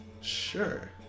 Sure